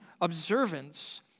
observance